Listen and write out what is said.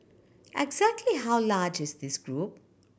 exactly how large is this group